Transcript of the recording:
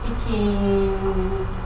speaking